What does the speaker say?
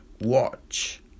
watch